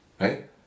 Right